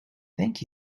thank